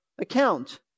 account